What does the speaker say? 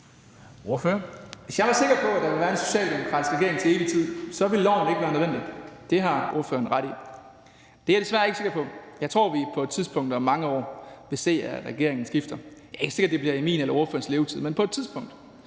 Hvis jeg var sikker på, at der ville være en socialdemokratisk regering til evig tid, så ville loven ikke være nødvendig. Det har ordføreren ret i. Det er jeg desværre ikke sikker på. Jeg tror, vi på et tidspunkt om mange år vil se, at regeringen skifter. Det er ikke sikkert, at det bliver i min eller ordførerens levetid, men på et tidspunkt.